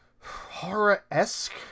horror-esque